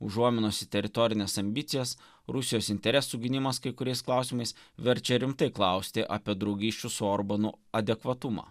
užuominos į teritorines ambicijas rusijos interesų gynimas kai kuriais klausimais verčia rimtai klausti apie draugysčių su orbanu adekvatumą